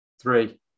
three